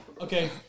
Okay